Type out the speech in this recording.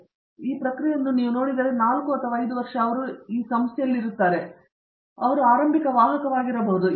ಆದ್ದರಿಂದ ನಾವು ಆ ಪ್ರಕ್ರಿಯೆಯನ್ನು ನೋಡಿದರೆ 45 ವರ್ಷಗಳು ಅವರು ಇಲ್ಲಿರುತ್ತಾರೆ ಮತ್ತು ನಂತರ ಅವರು ಆರಂಭಿಕ ವಾಹಕವಾಗಿರಬಹುದು